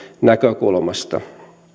näkökulmasta